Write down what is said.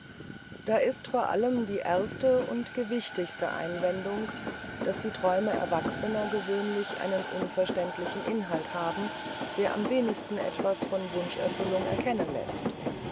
da ist vor allem die erste und gewichtigste einwendung daß die träume erwachsener gewöhnlich einen unverständlichen inhalt haben der am wenigsten etwas von wunscherfüllung erkennen läßt